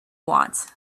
want